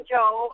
Joe